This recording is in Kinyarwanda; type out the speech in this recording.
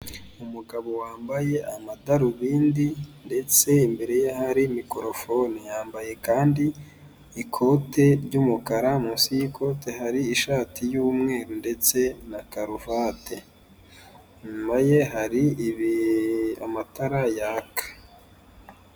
Umugabo wambaye amadarubindi ndetse imbere hari mikorofone yambaye kandi ikote ry'umukara munsi y'ikote hari ishati y'umweru ndetse na karuvati inyuma ye hari amatara yaka.